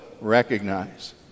recognize